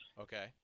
Okay